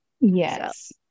Yes